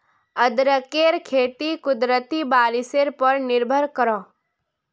अदरकेर खेती कुदरती बारिशेर पोर निर्भर करोह